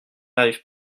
arrive